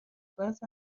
وضع